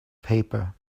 paper